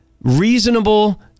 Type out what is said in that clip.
reasonable